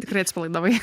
tikrai atsipalaidavai